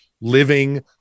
living